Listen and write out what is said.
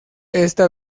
esta